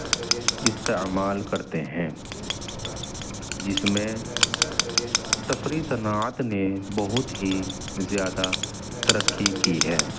استعمال کرتے ہیں جس میں تفریح صنعت نے بہت ہی زیادہ ترقی کی ہے